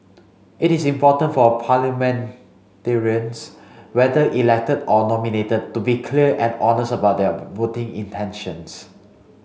it is important for parliamentarians whether elected or nominated to be clear and honest about their voting intentions